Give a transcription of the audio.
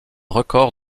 record